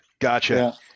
gotcha